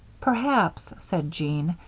perhaps, said jean,